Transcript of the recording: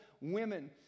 women